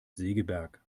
segeberg